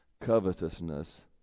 Covetousness